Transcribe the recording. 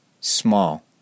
small